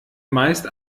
meist